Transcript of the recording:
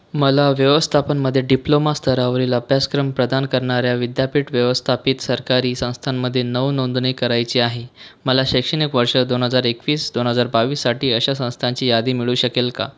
मला व्यवस्थापनमध्ये डिप्लोमा स्तरावरील अभ्यासक्रम प्रदान करणाऱ्या विद्यापीठ व्यवस्थापित सरकारी संस्थांमध्ये नावनोंदणी करायची आहे मला शैक्षणिक वर्ष दोन हजार एकवीस दोन हजार बावीससाठी अशा संस्थांची यादी मिळू शकेल का